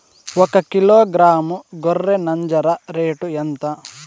ఒకకిలో గ్రాము గొర్రె నంజర రేటు ఎంత?